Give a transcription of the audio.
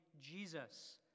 Jesus